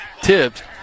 Tipped